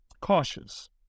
cautious